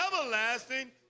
everlasting